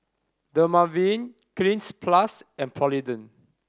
Dermaveen Cleanz Plus and Polident